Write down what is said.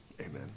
Amen